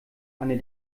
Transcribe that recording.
eine